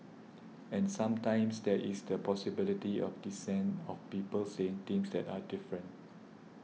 and sometimes there is the possibility of dissent of people saying things that are different